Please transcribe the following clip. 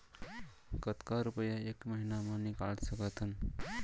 कतका रुपिया एक महीना म निकाल सकथन?